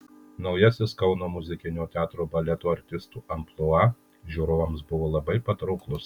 naujasis kauno muzikinio teatro baleto artistų amplua žiūrovams buvo labai patrauklus